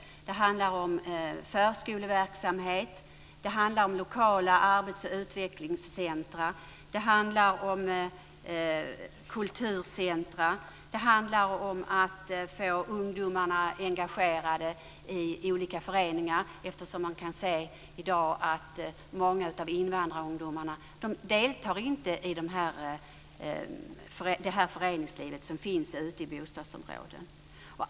Det handlar om förskoleverksamhet. Det handlar om lokala arbets och utvecklingscentrum. Det handlar om kulturcentrum. Det handlar om att få ungdomarna engagerade i olika föreningar. Man kan ju i dag se att många invandrarungdomar inte deltar i föreningslivet ute i bostadsområdena.